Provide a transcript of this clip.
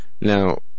Now